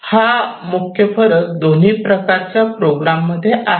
हा मुख्य फरक दोन्ही प्रकारच्या प्रोग्राम मध्ये आहे